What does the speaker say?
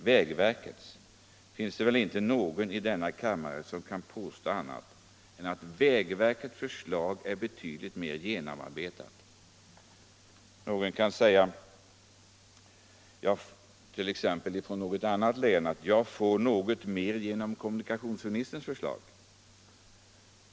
Det finns väl inte någon i denna kammare som kan påstå annat än att vägverkets förslag, bilaga B, är betydligt mer genomarbetat än kommunikationsministerns förslag, bilaga A. Någon kan givetvis säga: Jag får till mitt län något mer genom kommunikationsministerns förslag.